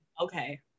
okay